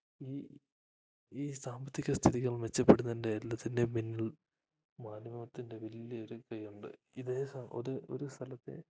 ഈ ഈ സാമ്പത്തിക സ്ഥിതികൾ മെച്ചപ്പെടുന്നതിൻ്റെ എല്ലാത്തിൻ്റെയും പിന്നിൽ മാധ്യമത്തിൻ്റെ വലിയൊരു കയ്യുണ്ട് ഇതേ സ്ഥ ഒരു ഒരു സ്ഥലത്തെ